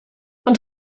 ond